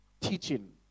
teaching